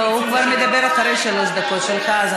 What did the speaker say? לא, הוא כבר מדבר אחרי שלוש דקות שלך.